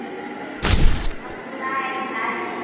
हम घुमायब आइ